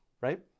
right